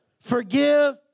forgive